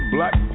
Black